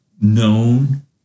known